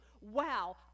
Wow